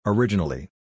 Originally